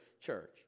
church